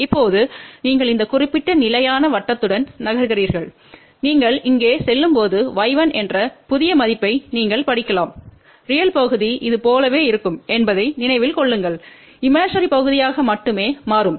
இப்போது நீங்கள் இந்த குறிப்பிட்ட நிலையான வட்டத்துடன் நகர்கிறீர்கள் நீங்கள் இங்கே செல்லும்போது y1 என்ற புதிய மதிப்பை நீங்கள் படிக்கலாம் ரியல் பகுதி இது போலவே இருக்கும் என்பதை நினைவில் கொள்ளுங்கள் இமேஜினரி பகுதியாக மட்டுமே மாறும்